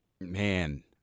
Man